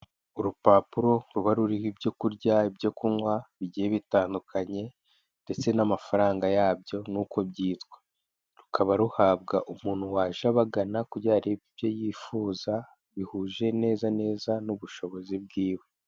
Urupapuro ruba ruriho ibyokurya, ibyo kunywa bigiye bitandukanye, ndetse n'amafaranga yabyo n'uko byitwa; rukaba ruhabwa umuntu waje abagana kugira arebe ibyo yifuza bihuje neza neza n'ubushobozi bwe.